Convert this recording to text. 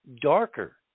darker